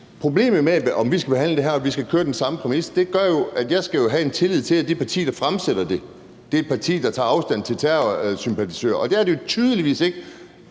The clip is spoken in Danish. problemet med, om vi skal behandle det her, og om vi skal køre efter den samme præmis, jo gør, at jeg skal have en tillid til, at det parti, der fremsætter det, er et parti, der tager afstand til terrorsympatisører, og det er det jo tydeligvis ikke,